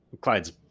Clyde's